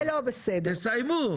תסיימו.